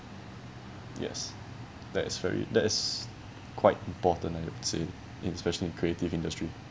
yes that is very that is quite important I would say in especially creative industry